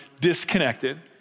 disconnected